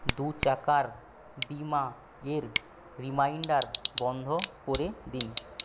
দু চাকার বিমার রিমাইন্ডার বন্ধ করে দিন